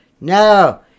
No